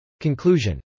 Conclusion